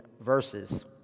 verses